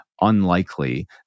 unlikely